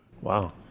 Wow